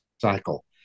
cycle